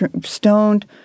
stoned